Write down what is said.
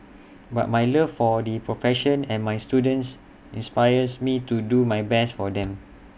but my love for the profession and my students inspires me to do my best for them